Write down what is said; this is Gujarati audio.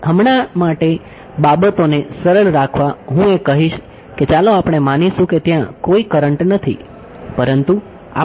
હમણાં માટે બાબતોને સરળ રાખવા હું એ કહીશ કે ચાલો આપણે માનીશું કે ત્યાં કોઈ કરંટ માત્ર છે